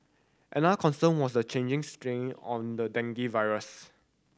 another concern was the changing strain on the dengue virus